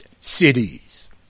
cities